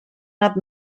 not